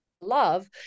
love